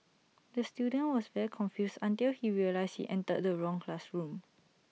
the student was very confused until he realised he entered the wrong classroom